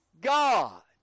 God